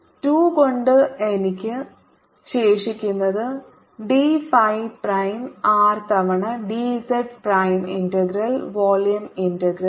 2 കൊണ്ട് എനിക്ക് ശേഷിക്കുന്നത് d ഫൈ പ്രൈം R തവണ d z prime integral volume integral